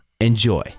Enjoy